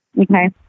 Okay